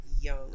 young